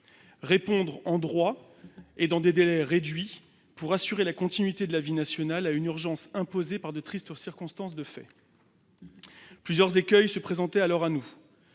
répondre en droit et dans des délais réduits, pour assurer la continuité de la vie nationale, à une urgence imposée par de tristes circonstances de fait. Plusieurs écueils étaient face à nous